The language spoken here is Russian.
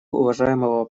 уважаемого